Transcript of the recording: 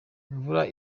imvura